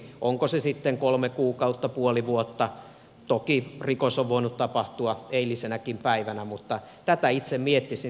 onko se sitten kolme kuukautta puoli vuotta toki rikos on voinut tapahtua eilisenäkin päivänä mutta tätä itse miettisin